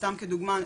סתם כדוגמא,